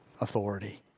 authority